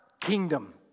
kingdom